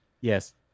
Yes